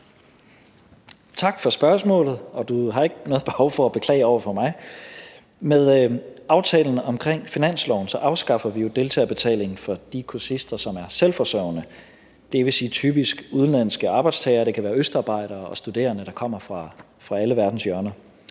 Tak for spørgsmålet. Og der er ikke noget behov for at beklage over for mig. Med aftalen om finansloven afskaffer vi jo deltagerbetalingen for de kursister, som er selvforsørgende, dvs. typisk udenlandske arbejdstagere – det kan være østarbejdere eller studerende, der kommer fra alle verdens hjørner.